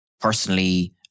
personally